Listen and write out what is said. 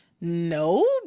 no